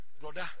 Brother